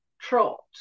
trot